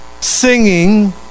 singing